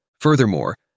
Furthermore